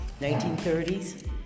1930s